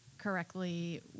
correctly